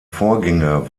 vorgänger